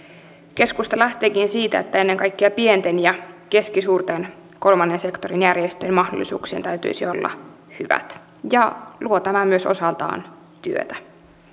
keskusta lähteekin siitä että ennen kaikkea pienten ja keskisuurten kolmannen sektorin järjestöjen mahdollisuuksien täytyisi olla hyvät ja luo tämä myös osaltaan työtä